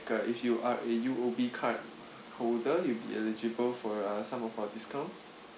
uh if you are a U_O_B card holder you'll be eligible for uh some of our discounts